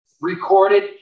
recorded